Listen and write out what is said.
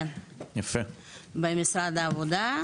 כן במשרד העבודה,